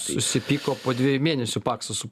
susipyko po dviejų mėnesių paksas su